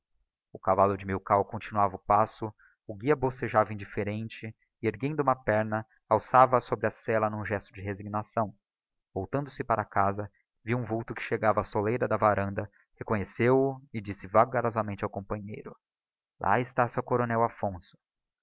o cavallo de milkau continuava a passo o guia bocejava indifferente e erguendo uma perna alçava a sobre a sella n'um gesto de resignação voltando-se para a casa viu um vulto que chegava á soleira da varanda reconheceu-o e disse vagarosamente ao companheiro lá está seu coronel affonso